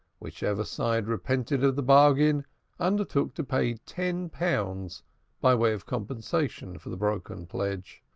whichever side repented of the bargain undertook to pay ten pounds by way of compensation for the broken pledge.